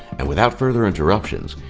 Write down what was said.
and without further interruptions,